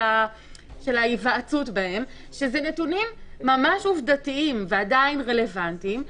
ההיוועצות בהם ואלה נתונים ממש עובדתיים ועדיין רלוונטיים.